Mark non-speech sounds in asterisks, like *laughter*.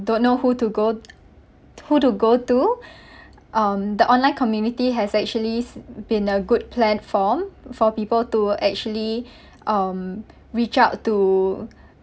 don't know who to go who to go to *breath* um the online community has actually been a good platform for people to actually *breath* um reach out to